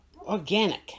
organic